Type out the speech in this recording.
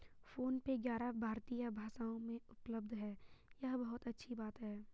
phone पे ग्यारह भारतीय भाषाओं में उपलब्ध है यह बहुत अच्छी बात है